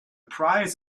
prize